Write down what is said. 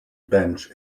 bench